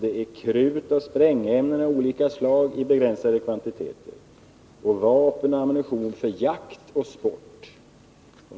Det är krut och sprängämnen av olika slag i begränsade kvantiteter samt vapen och ammunition för jakt och sport.